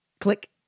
click